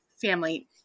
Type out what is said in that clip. family